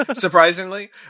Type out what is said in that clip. Surprisingly